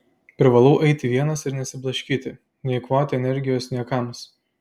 privalau eiti vienas ir nesiblaškyti neeikvoti energijos niekams